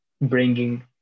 bringing